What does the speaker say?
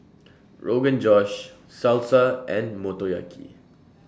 Rogan Josh Salsa and Motoyaki